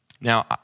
Now